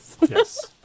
Yes